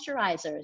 moisturizers